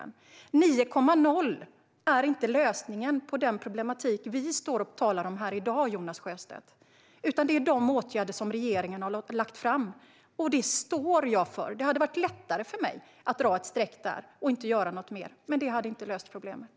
9,0 är inte lösningen på den problematik som vi talar om här i dag, Jonas Sjöstedt, utan det är de åtgärder som regeringen har lagt fram. Detta står jag för. Det hade varit lättare för mig att dra ett streck där och inte göra något mer, men det hade inte löst problemet.